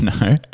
No